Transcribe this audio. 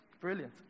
Brilliant